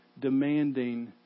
demanding